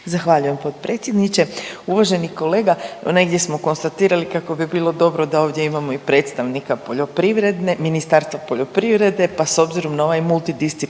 Zahvaljujem potpredsjedniče. Uvaženi kolega, evo negdje smo konstatirali kako bi bilo dobro da ovdje imamo i predstavnika Ministarstva poljoprivrede pa s obzirom na ovaj multidisciplinarni